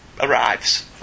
arrives